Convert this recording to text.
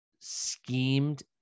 schemed